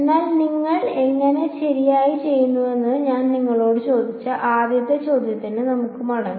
എന്നാൽ നിങ്ങൾ എങ്ങനെ ശരിയായി തിരഞ്ഞെടുത്തുവെന്ന് ഞാൻ നിങ്ങളോട് ചോദിച്ച ആദ്യത്തെ ചോദ്യത്തിലേക്ക് നമുക്ക് മടങ്ങാം